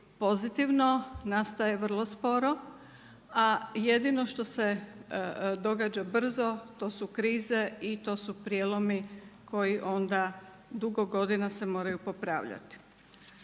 pozitivno nastaje vrlo sporo, a jedino što se događa brzo to su krize i to su prijelomi koji onda dugo godina se moraju popravljati.